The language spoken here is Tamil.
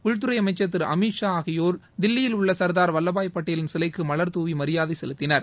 உள்துறை அமைச்சர் திரு அமித் ஷா ஆகியோர் தில்லியில் உள்ள சர்தார் வல்லபாய் பட்டேலின் சிலைக்கு மலர்தூவி மரியாதை செலுத்தினர்